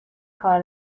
کار